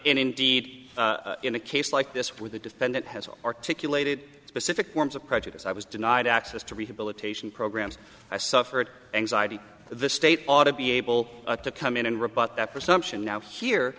indeed in a case like this where the defendant has articulated specific forms of prejudice i was denied access to rehabilitation programs i suffered anxiety the state ought to be able to come in and rebut that presumption now here